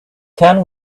can